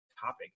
topic